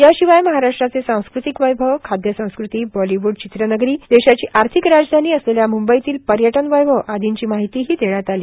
याशिवाय महाराष्ट्राचे सांस्कृतिक वैभवए खाद्यसंस्कृतीए बॉलीवूड चित्रनगरीए देशाची आर्थिक राजधानी असलेल्या म्ंबईतील पर्यटन वैभव आदींची माहितीही देण्यात आली